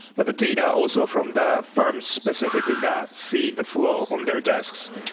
but the data also from the fi rm specifi cally that see the fl ow on their desks.